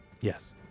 Yes